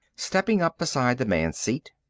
stepping up beside the man's seat.